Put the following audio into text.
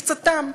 מקצתם,